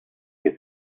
che